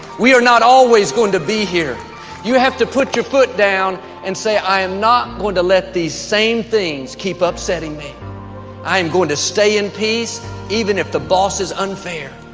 we are not always going to be here you have to put your foot down and say i am not going to let these same things keep upsetting me i am going to stay in peace even if the boss is unfair,